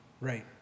Right